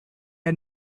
had